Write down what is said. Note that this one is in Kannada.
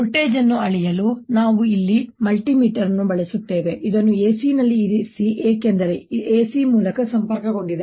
ವೋಲ್ಟೇಜ್ ಅನ್ನು ಅಳೆಯಲು ನಾವು ಇಲ್ಲಿ ಈ ಮಲ್ಟಿಮೀಟರ್ ಅನ್ನು ಬಳಸುತ್ತೇವೆ ಇದನ್ನು AC ನಲ್ಲಿ ಇರಿಸಿ ಏಕೆಂದರೆ ಇದು AC ಮೂಲಕ್ಕೆ ಸಂಪರ್ಕಗೊಂಡಿದೆ